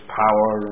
power